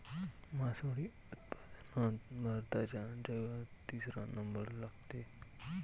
मासोळी उत्पादनात भारताचा जगात तिसरा नंबर लागते